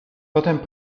potem